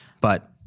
but-